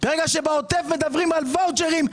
בעוטף מדברים על ואוצ'רים,